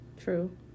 True